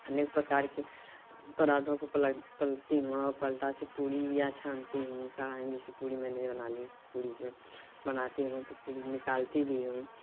अनेक प्रकार के पराठों को पल पलटती हूँ और पलटा से पूड़ि या छानती हूँ कड़ाही में से पूड़ी मैंने बनाली पूड़ी बनाती हूँ तो पूड़ी निकालती भी हूँ